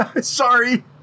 Sorry